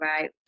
right